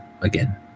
again